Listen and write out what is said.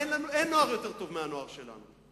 אין נוער טוב יותר מהנוער שלנו,